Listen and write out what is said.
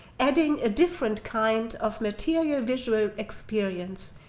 adding a different kind of material visual experience.